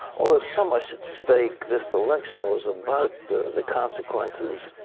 was so much at stake. this election was about the the consequences.